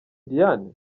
diane